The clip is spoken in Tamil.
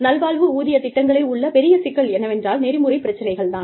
நல்வாழ்வு ஊதிய திட்டங்களில் உள்ள பெரிய சிக்கல் என்னவென்றால் நெறிமுறை பிரச்சனைகள் தான்